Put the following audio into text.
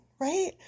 right